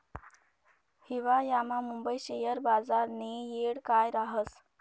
हिवायामा मुंबई शेयर बजारनी येळ काय राहस